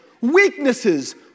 weaknesses